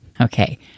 Okay